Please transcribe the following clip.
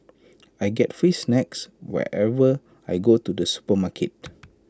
I get free snacks whenever I go to the supermarket